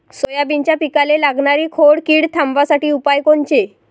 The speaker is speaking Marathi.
सोयाबीनच्या पिकाले लागनारी खोड किड थांबवासाठी उपाय कोनचे?